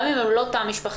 גם אם הם לא תא משפחתי,